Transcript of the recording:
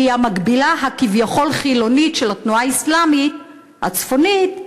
והיא המקבילה כביכול החילונית של התנועה האסלאמית הצפונית,